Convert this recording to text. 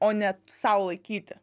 o ne sau laikyti